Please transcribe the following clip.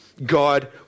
God